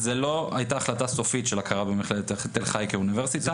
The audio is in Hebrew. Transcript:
זו לא הייתה החלטה סופית של הכרה במכללת תל חי כאוניברסיטה.